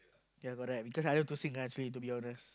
ya got that because I want to sing largely to be honest